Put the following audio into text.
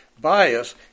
bias